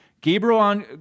Gabriel